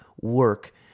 work